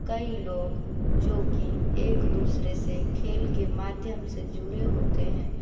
कई लोग जो कि एक दूसरे से खेल के माध्यम से जुड़े होते हैं